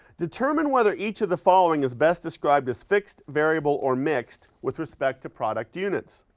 determine whether each of the following is best described as fixed, variable or mixed with respect to product units.